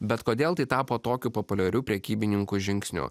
bet kodėl tai tapo tokiu populiariu prekybininkų žingsniu